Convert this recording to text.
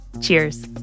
cheers